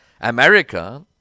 America